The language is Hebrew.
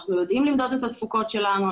אנחנו יודעים למדוד את התפוקות שלנו,